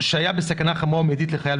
שהיה בסכנה חמורה ומיידית לחייו,